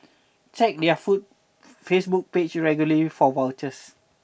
check their food Facebook page regularly for vouchers